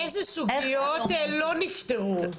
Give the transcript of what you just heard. איזה סוגיות לא נפתרו?